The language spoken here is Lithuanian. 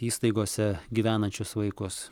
įstaigose gyvenančius vaikus